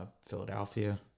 Philadelphia